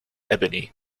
ebony